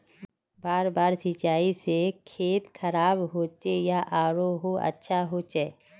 बार बार सिंचाई से खेत खराब होचे या आरोहो अच्छा होचए?